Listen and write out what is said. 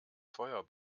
feuer